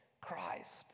Christ